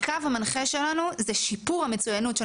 הקו המנחה שלנו הוא שיפור המצוינות של